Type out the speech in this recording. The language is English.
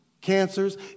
cancers